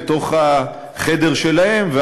אל תוך החדר שלהם,